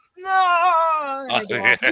no